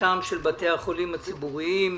קריסתם של בתי החולים הציבוריים.